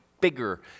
bigger